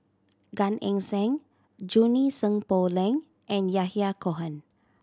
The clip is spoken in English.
Gan Eng Seng Junie Sng Poh Leng and Yahya Cohen